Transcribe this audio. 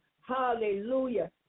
Hallelujah